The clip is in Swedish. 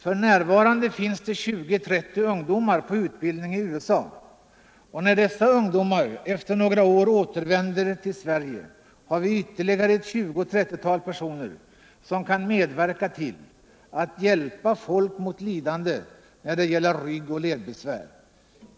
För närvarande finns det 20-30 ungdomar på utbildning i USA, och när dessa ungdomar efter några år återvänder till Sverige har vi ytterligare ett 20 eller 30-tal personer som kan lindra lidande i form av ryggoch ledbesvär.